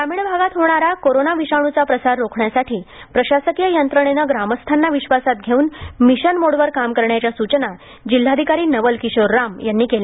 ग्रामीण भागात होणारा कोरोना विषाणूचा प्रसार रोखण्यासाठी प्रशासकीय यंत्रणेने ग्रामस्थांना विश्वासात घेऊन मिशन मोडवर काम करण्याचा सूचना जिल्हाधिकारी नवल किशोर राम यांनी केल्या